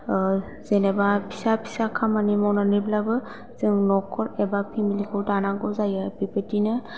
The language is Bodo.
जेनोबा फिसा फिसा खामानि मावनानैब्लाबो जों नखर एबा फेमिलि खौ दानांगौ जायो बेबादिनो